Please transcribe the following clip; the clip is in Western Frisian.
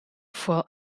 fol